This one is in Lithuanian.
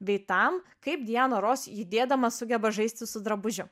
bei tam kaip diana ros judėdama sugeba žaisti su drabužiu